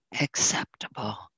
acceptable